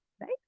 right